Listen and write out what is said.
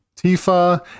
tifa